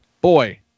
Boy